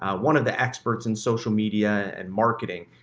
ah one of the experts in social media and marketing.